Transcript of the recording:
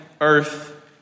earth